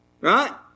right